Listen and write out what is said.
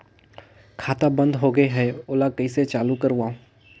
खाता बन्द होगे है ओला कइसे चालू करवाओ?